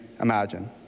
imagine